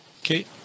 Okay